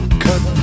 cut